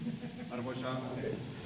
arvoisa